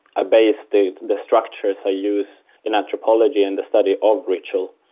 i base the the structures i use in anthropology and the study of ritual.